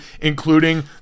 including